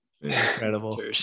Incredible